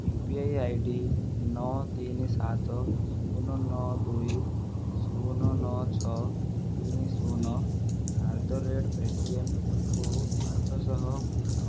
UPI ID ନଅ ତିନି ସାତ ଶୂନ ନଅ ଦୁଇ ଶୂନ ନଅ ଛଅ ତିନି ଶୂନ ଆଟ୍ ଦ ରେଟ ପେଟିଏମ୍କୁ ପାଞ୍ଚ ଶହ ପଠାଅ